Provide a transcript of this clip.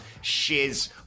shiz